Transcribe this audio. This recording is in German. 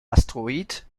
asteroid